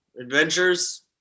adventures